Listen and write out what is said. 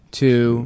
two